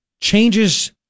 Changes